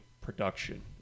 production